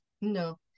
No